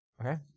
Okay